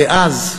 כאז,